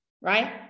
right